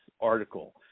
article